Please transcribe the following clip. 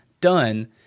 done